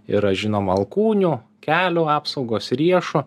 yra žinoma alkūnių kelių apsaugos riešų